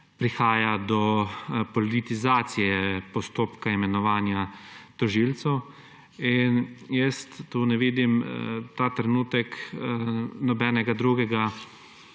prihaja do politizacije postopka imenovanja tožilcev in tukaj ne vidim ta trenutek nobenega drugega